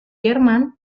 jerman